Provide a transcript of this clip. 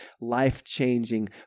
life-changing